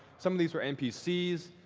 some of these were npcs,